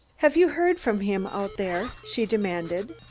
have you heard from him out there? she demanded.